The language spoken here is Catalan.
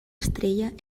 estrella